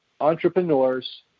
entrepreneurs